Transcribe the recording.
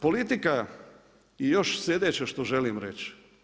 Politika i još sljedeće što želim reći.